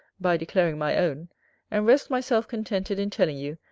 by declaring my own and rest myself contented in telling you,